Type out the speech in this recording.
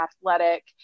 athletic